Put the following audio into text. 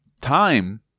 time